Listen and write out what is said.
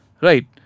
right